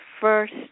first